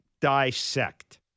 dissect